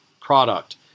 product